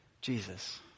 Jesus